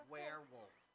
Werewolf